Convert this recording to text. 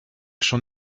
schon